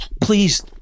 Please